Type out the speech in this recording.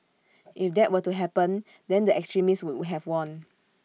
if that were to happen then the extremists would have won